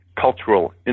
cultural